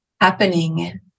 happening